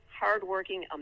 hardworking